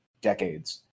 decades